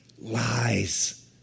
Lies